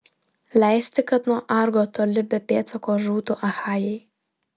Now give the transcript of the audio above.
leisti kad nuo argo toli be pėdsako žūtų achajai